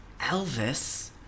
Elvis